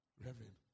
Reverend